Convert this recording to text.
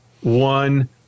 one